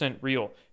real